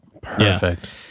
Perfect